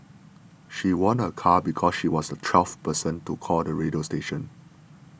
she won a car because she was the twelfth person to call the radio station